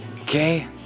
Okay